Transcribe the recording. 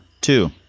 two